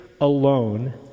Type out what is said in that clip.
alone